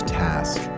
task